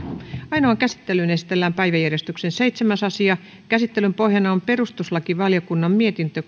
ainoaan käsittelyyn esitellään päiväjärjestyksen seitsemäs asia käsittelyn pohjana on perustuslakivaliokunnan mietintö